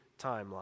timeline